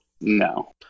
No